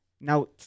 Now